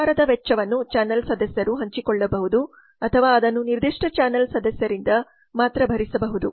ಪ್ರಚಾರದ ವೆಚ್ಚವನ್ನು ಚಾನಲ್ ಸದಸ್ಯರು ಹಂಚಿಕೊಳ್ಳಬಹುದು ಅಥವಾ ಅದನ್ನು ನಿರ್ದಿಷ್ಟ ಚಾನಲ್ ಸದಸ್ಯರಿಂದ ಮಾತ್ರ ಭರಿಸಬಹುದು